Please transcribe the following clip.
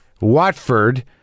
watford